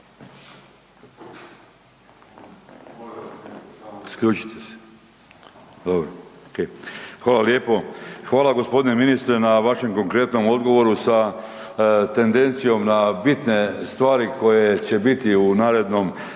Oke. Hvala lijepo. Hvala g. ministre na vašem konkretnom odgovoru sa tendencijom na bitne stvari koje će biti u narednom periodu.